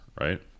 Right